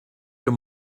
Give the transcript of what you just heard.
your